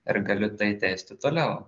ir galiu tai tęsti toliau